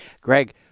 Greg